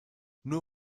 nur